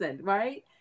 Right